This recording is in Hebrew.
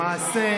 למעשה,